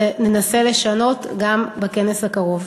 ננסה לשנות גם בכנס הקרוב.